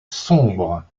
sombre